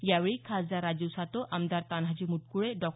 यावेळी खासदार राजीव सातव आमदार तान्हाजी मुट्कुळे डॉ